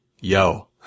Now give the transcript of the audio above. Yo